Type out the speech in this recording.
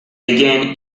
again